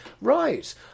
Right